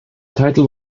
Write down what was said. title